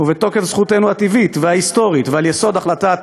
ובתוקף זכותנו הטבעית וההיסטורית ועל יסוד החלטת